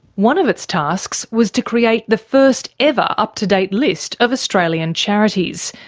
one of its tasks was to create the first ever up-to-date list of australian charities.